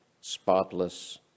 spotless